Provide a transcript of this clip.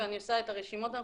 ואני עושה את הרשימות הנכונות.